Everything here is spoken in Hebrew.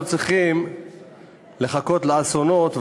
לא צריכים לחכות לאסונות,